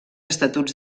estatuts